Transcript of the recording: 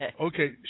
Okay